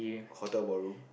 hotel ballroom